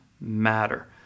matter